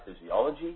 Physiology